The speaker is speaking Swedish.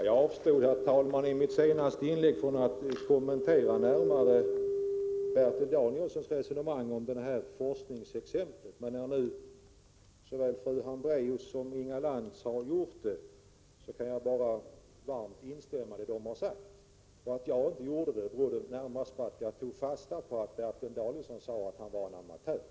Herr talman! Jag avstod i mitt senaste inlägg från att närmare kommentera Bertil Danielssons resonemang om detta forskningsexempel, men när nu såväl Birgitta Hambraeus som Inga Lantz har gjort det kan jag bara varmt instämma i vad de sagt. Att jag inte kommenterade saken berodde närmast på att jag tog fasta på att Bertil Danielsson sade sig vara en amatör.